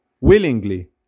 willingly